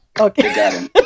Okay